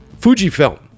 Fujifilm